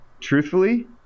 Truthfully